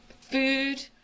Food